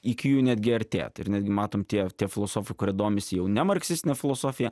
iki jų netgi artėt ir netgi matom tie tie filosofai kurie domisi jau ne marksistine filosofija